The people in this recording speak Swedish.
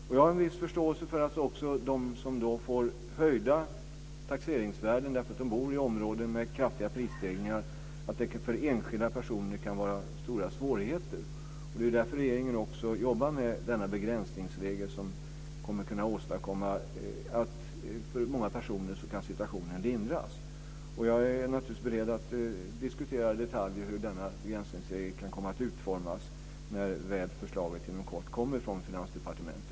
Jag har också en viss förståelse för att det kan bli stora svårigheter för enskilda personer som får höjda taxeringsvärden på grund av att de bor i områden med kraftiga prisstegringar. Det är också därför som regeringen arbetar på en begränsningsregel som kan göra att situationen kan lindras för många personer. Jag är naturligtvis beredd att diskutera detaljer i hur denna begränsningsregel kan komma att utformas när förslaget inom kort kommer från Finansdepartementet.